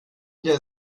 der